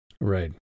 right